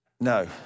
No